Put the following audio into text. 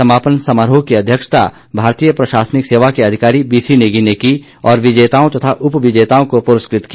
समापन समारोह की अध्यक्षता भारतीय प्रशासनिक सेवा के अधिकारी बीसी नेगी ने की और विजेताओं तथा उपविजेताओं को पुरस्कृत किया